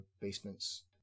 basements